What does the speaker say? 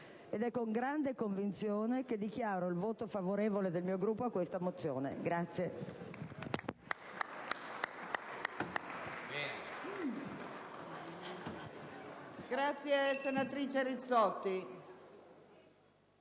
con grande convinzione che dichiaro il voto favorevole del mio Gruppo a questa mozione.